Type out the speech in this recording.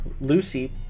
Lucy